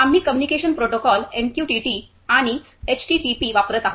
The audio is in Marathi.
आम्ही कम्युनिकेशन प्रोटोकॉल एमक्यूटीटी आणि एचटीटीपी वापरत आहोत